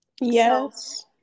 Yes